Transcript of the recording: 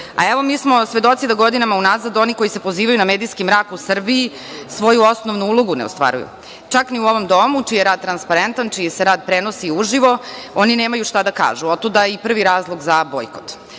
mi smo svedoci da godinama unazad oni koji se pozivaju na medijski mrak u Srbiji svoju osnovnu ulogu ne ostvaruju, čak ni u ovom domu, čiji je rad transparentan, čiji se rad prenosi i uživo, oni nemaju šta da kažu. Otuda i prvi razlog za